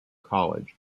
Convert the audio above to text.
college